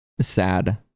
sad